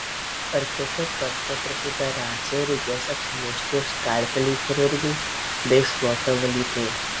ar kitą kartą prieš operaciją reikės atsinešti ir skalpelį chirurgui bei šluotą valytojai